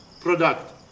product